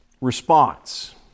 response